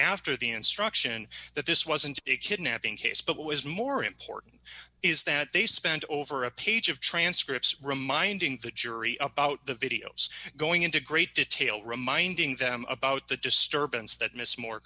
after the instruction that this wasn't a kidnapping case but what was more important is that they spent over a page of transcripts reminding the jury about the videos going into great detail reminding them about the disturbance that miss moore